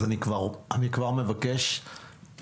אז אני כבר מבקש כחלק